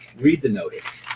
read the notice.